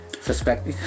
suspect